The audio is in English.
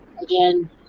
Again